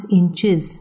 inches